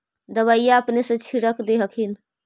दबइया अपने से छीरक दे हखिन?